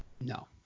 No